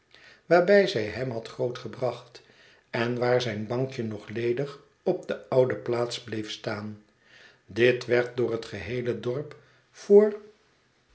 waarbij zij hem had groot gebracht en waar zijn bankje nog ledig op de oude plaats bleef staan dit werd door het geheele dorp voor